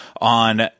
on